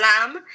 lamb